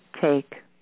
take